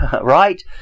Right